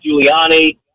Giuliani